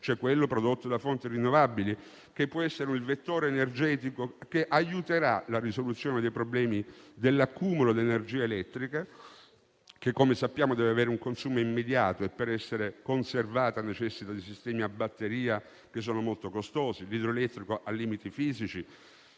cioè quello prodotto da fonti rinnovabili, che può essere il vettore energetico che aiuterà la risoluzione dei problemi dell'accumulo di energia elettrica che - come sappiamo - deve avere un consumo immediato e, per essere conservata, necessita di sistemi a batteria molto costosi; l'idroelettrico ha limiti fisici.